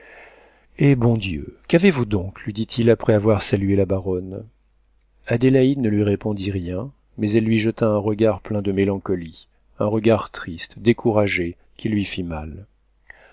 eh bon dieu qu'avez-vous donc lui dit-il après avoir salué la baronne adélaïde ne lui répondit rien mais elle lui jeta un regard plein de mélancolie un regard triste découragé qui lui fit mal